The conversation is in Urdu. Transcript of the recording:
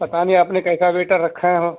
پتا نہیں آپ نے کیسا ویٹر رکھا ہے